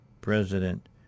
President